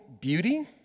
beauty